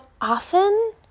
often